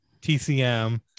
TCM